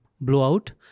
blowout